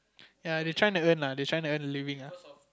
ya they're trying to earn lah they're trying to earn a living ah